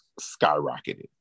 skyrocketed